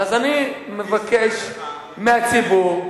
אז אני מבקש מהציבור,